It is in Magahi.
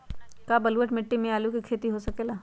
का बलूअट मिट्टी पर आलू के खेती हो सकेला?